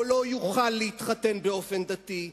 או לא יוכל להתחתן באופן דתי,